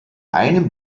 einem